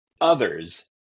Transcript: others